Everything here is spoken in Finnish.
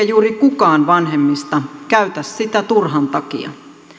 juuri kukaan vanhemmista käytä sitä turhan takia